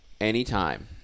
anytime